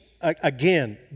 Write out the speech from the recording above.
again